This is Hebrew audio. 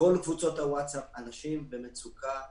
בכל בקבוצות הווטסאפ אנשים במצוקה אדירה.